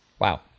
Wow